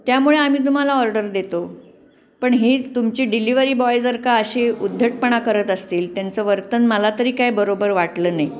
त्यामुळे आम्ही तुम्हाला ऑर्डर देतो पण ही तुमची डिलिव्हरी बॉय जर का अशी उद्धटपणा करत असतील त्यांचं वर्तन मला तरी काय बरोबर वाटलं नाही